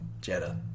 Jetta